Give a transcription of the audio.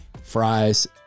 fries